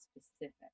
specific